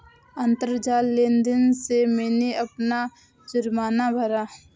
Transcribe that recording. अंतरजाल लेन देन से मैंने अपना जुर्माना भरा